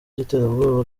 by’iterabwoba